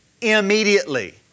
immediately